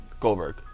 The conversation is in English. Goldberg